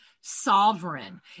sovereign